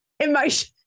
Emotion